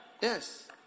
Yes